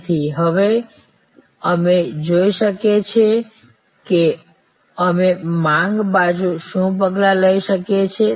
તેથી હવે અમે જોઈ શકીએ છીએ કે અમે માંગ બાજુ શું પગલાં લઈ શકીએ છીએ